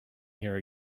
here